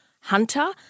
Hunter